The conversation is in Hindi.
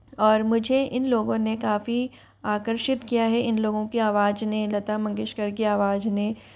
और मुझे इन लोगों ने काफ़ी आकर्षित किया है इन लोगों की आवाज ने लता मंगेशकर की आवाज ने